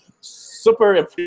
super